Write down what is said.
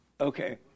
Okay